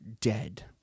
dead